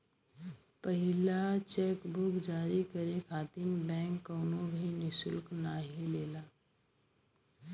पहिला cheque book जारी करे खातिर बैंक कउनो भी शुल्क नाहीं लेला